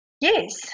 Yes